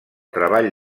treball